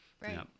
right